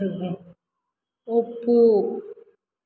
ಒಪ್ಪು